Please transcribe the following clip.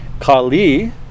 Kali